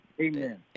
Amen